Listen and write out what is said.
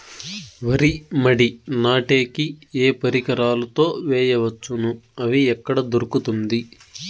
వరి మడి నాటే కి ఏ పరికరాలు తో వేయవచ్చును అవి ఎక్కడ దొరుకుతుంది?